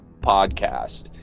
podcast